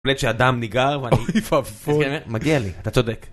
פלט שאדם ניגר, אוי ואבוי, מגיע לי. אתה צודק.